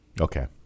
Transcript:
okay